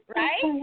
right